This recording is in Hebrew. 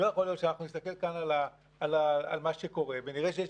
לא יכול להיות שאנחנו נסתכל כאן על מה שקורה ונראה שיש